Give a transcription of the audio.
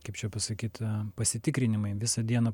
kaip čia pasakyt pasitikrinimai visą dieną